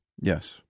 Yes